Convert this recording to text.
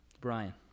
Brian